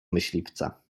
myśliwca